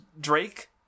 Drake